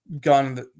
gone